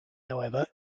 however